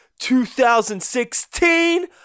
2016